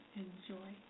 enjoy